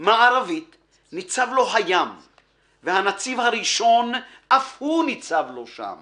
מערבית/ ניצב לו הים/ והנציב הראשון/ אף הוא ניצב לו שם//